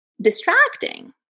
distracting